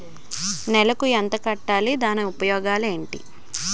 నెలకు ఎంత కట్టాలి? దాని ఉపయోగాలు ఏమిటి?